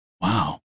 Wow